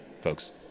folks